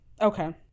okay